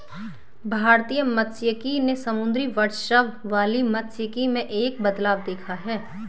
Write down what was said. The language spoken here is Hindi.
भारतीय मात्स्यिकी ने समुद्री वर्चस्व वाली मात्स्यिकी में एक बदलाव देखा है